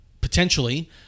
potentially